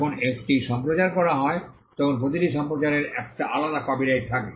যখন একটি সম্প্রচার করা হয় তখন প্রতিটি সম্প্রচারের একটি আলাদা কপিরাইট থাকে